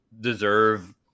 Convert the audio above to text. deserve